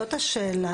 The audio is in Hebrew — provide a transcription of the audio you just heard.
זו השאלה.